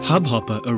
Hubhopper